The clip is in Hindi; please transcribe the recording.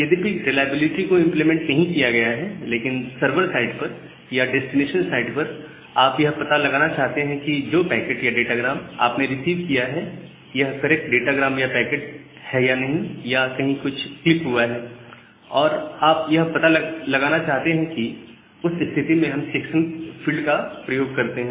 यद्यपि रिलायबिलिटी को इंप्लीमेंट नहीं किया गया है लेकिन सर्वर साइड पर या डेस्टिनेशन साइड पर आप यह पता लगाना चाहते हैं कि जो पैकेट या डाटा ग्राम आप ने रिसीव किया है यह करेक्ट डेटा ग्राम या पैकेट है या नहीं या कहीं कुछ क्लिप हुआ है और आप यह पता लगाना चाहते हैं तो उस स्थिति में हम चेक्सम फील्ड का उपयोग करते हैं